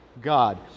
God